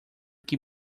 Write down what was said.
que